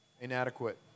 inadequate